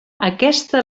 aquesta